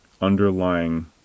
underlying